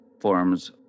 forms